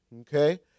Okay